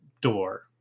door